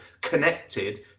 connected